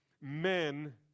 men